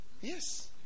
Yes